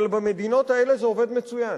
אבל במדינות האלה זה עובד מצוין.